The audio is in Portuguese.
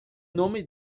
nome